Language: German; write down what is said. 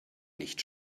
nicht